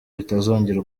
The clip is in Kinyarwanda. bitazongera